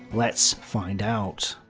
let's find out.